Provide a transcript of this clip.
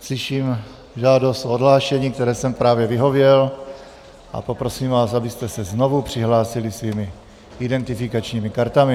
Slyším žádost o odhlášení, které jsem právě vyhověl, a poprosím vás, abyste se znovu přihlásili svými identifikačními kartami.